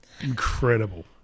Incredible